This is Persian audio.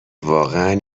واقعا